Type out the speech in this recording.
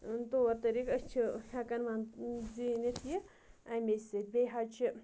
طور طٔریٖقہٕ أسۍ چھِ ہٮ۪کان زیٖنِتھ یہِ اَمے سۭتۍ بیٚیہِ حظ چھِ